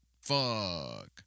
fuck